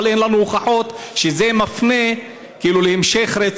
אבל אין לנו הוכחות שזה מפנה לרצח בהמשך.